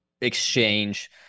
exchange